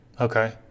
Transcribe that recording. Okay